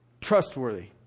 trustworthy